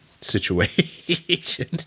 situation